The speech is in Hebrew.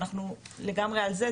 אנחנו לגמרי על זה.